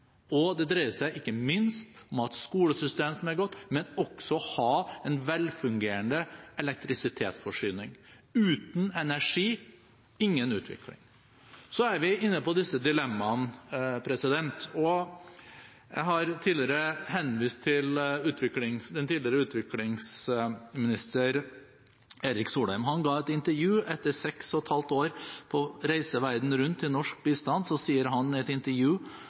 og det dreier seg ikke minst om å ha skolesystem som er godt, men også om å ha en velfungerende elektrisitetsforsyning. Uten energi, ingen utvikling. Så er vi inne på disse dilemmaene, og jeg har tidligere henvist til den tidligere utviklingsministeren Erik Solheim. Etter seks og et halvt år på reise verden rundt i norsk bistand ga han et intervju